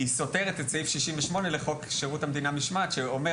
סותרת את סעיף 68 לחוק שירות המדינה (משמעת) שאומר